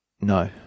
No